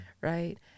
right